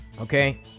Okay